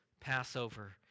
Passover